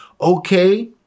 okay